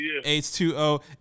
H2O